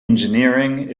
engineering